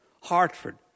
Hartford